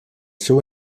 seu